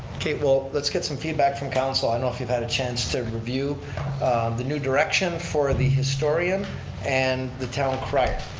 okay, well let's get some feedback from council. i don't know if you've had a chance to review the new direction for the historian and the town crier.